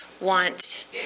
want